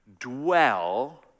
dwell